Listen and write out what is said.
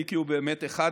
מיקי הוא באמת אחד